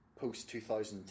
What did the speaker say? post-2010